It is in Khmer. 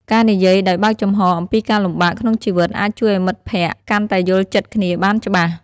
ការនិយាយដោយបើកចំហរអំពីការលំបាកក្នុងជីវិតអាចជួយឲ្យមិត្តភក្តិកាន់តែយល់ចិត្តគ្នាបានច្បាស់។